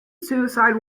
suicide